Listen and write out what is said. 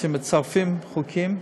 כשמצרפים חוקים,